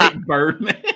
Birdman